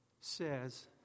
says